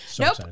Nope